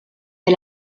per